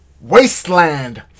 Wasteland